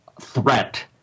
threat